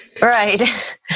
right